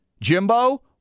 Jimbo –